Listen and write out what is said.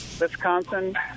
Wisconsin